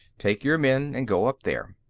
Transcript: take your men and go up there.